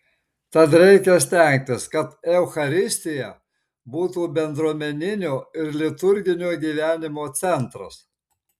tad reikia stengtis kad eucharistija būtų bendruomeninio ir liturginio gyvenimo centras